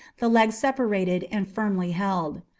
the legs separated and firmly held.